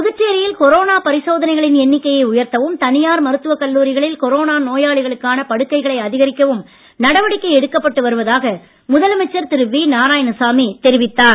புதுச்சேரியில் கொரோனா பரிசோதனைகளின் எண்ணிக்கையை உயர்த்தவும் தனியார் மருத்துவக் கல்லூரிகளில் கொரோனா நோயாளிகளுக்கான படுக்கைகளை அதிகரிக்கவும் நடவடிக்கை எடுக்கப்பட்டு வருவதாக முதலமைச்சர் திரு வி நாராயணசாமி தெரிவித்தார்